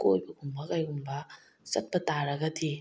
ꯀꯣꯏꯕꯒꯨꯝꯕ ꯀꯩꯒꯨꯝꯕ ꯆꯠꯄ ꯇꯥꯔꯒꯗꯤ